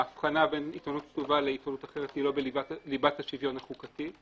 ההבחנה בין עיתונות כתובה לאחרת היא לא בליבת השוויון החוקתי.